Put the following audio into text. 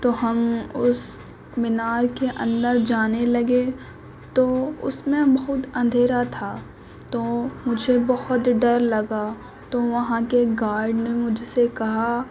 تو ہم اس مینار کے اندر جانے لگے تو اس میں بہت اندھیرا تھا تو مجھے بہت ڈر لگا تو وہاں کے گارڈ نے مجھ سے کہا